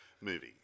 movie